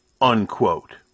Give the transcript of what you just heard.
unquote